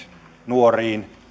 nuoriin